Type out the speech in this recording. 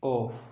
off